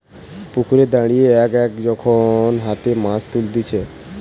পুকুরে দাঁড়িয়ে এক এক যখন হাতে মাছ তুলতিছে